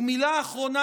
ומילה אחרונה,